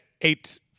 eight